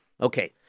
Okay